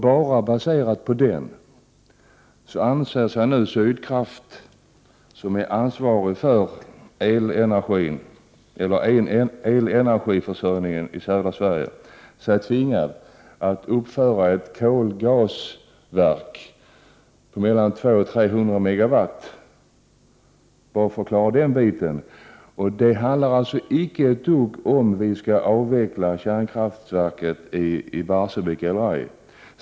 Bara för att klara det anser sig nu Sydkraft, som är ansvarigt för elenergiförsörjningen i södra Sverige, tvingat att uppföra ett kolgasverk på mellan 200 och 300 megawatt, och det handlar då alltså inte alls om huruvida vi skall avveckla kärnkraftverket i Barsebäck eller ej.